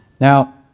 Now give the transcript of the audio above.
Now